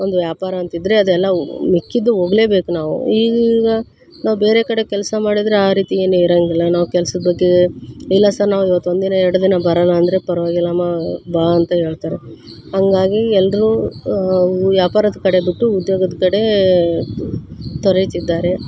ಒಂದು ವ್ಯಾಪಾರ ಅಂತಿದ್ದರೆ ಅದೆಲ್ಲವೂ ಮಿಕ್ಕಿದ್ದು ಹೋಗ್ಲೇಬೇಕ್ ನಾವು ಈಗೀಗ ನಾವು ಬೇರೆ ಕಡೆಗೆ ಕೆಲಸ ಮಾಡಿದರೆ ಆ ರೀತಿ ಏನೂ ಇರೋಂಗಿಲ್ಲ ನಾವು ಕೆಲ್ಸದ ಬಗ್ಗೆ ಇಲ್ಲ ಸರ್ ನಾವು ಇವತ್ತೊಂದಿನ ಎರಡು ದಿನ ಬರೋಲ್ಲ ಅಂದರೆ ಪರ್ವಾಗಿಲ್ಲಮ್ಮ ಬಾ ಅಂತ ಹೇಳ್ತಾರೆ ಹಂಗಾಗಿ ಎಲ್ಲರೂ ವ್ಯಾಪಾರದ ಕಡೆ ಬಿಟ್ಟು ಉದ್ಯೋಗದ ಕಡೆ ತೊರೆಯುತ್ತಿದ್ದಾರೆ